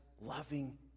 loving